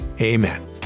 Amen